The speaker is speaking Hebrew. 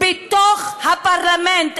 בתוך הפרלמנט,